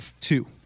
Two